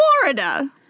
Florida